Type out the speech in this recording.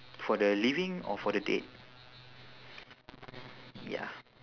for the living or for the dead ya